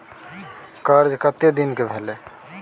कर्जा कत्ते दिन के भेलै?